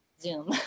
Zoom